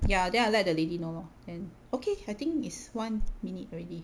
ya then I let the lady know lor then okay I think is one minute already